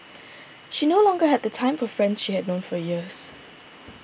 she no longer had the time for friends she had known for years